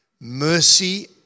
Mercy